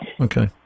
Okay